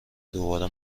دوباره